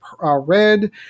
red